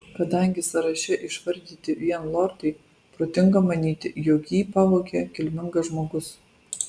kadangi sąraše išvardyti vien lordai protinga manyti jog jį pavogė kilmingas žmogus